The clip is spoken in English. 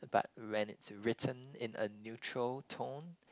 but when it's written in a neutral tone